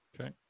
Okay